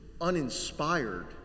uninspired